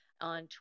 on